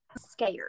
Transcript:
scared